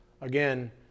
Again